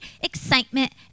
excitement